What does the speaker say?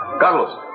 Carlos